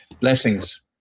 Blessings